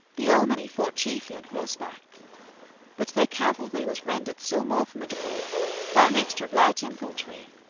the alemanni fought chiefly on horseback but their cavalry was rendered still more formidable by a mixture of light infantry,